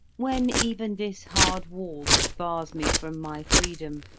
when even this hard wall that bars me from my freedom,